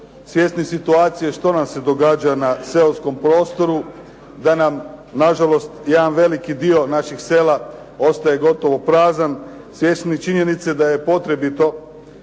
Svjesni situacije što nam se događa na seoskom prostoru da nam na žalost jedan veliki dio naših sela ostaje gotovo prazan, svjesni činjenice da je potrebito